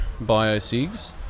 bio-sigs